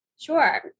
Sure